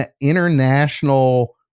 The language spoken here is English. international